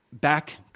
back